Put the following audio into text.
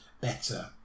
better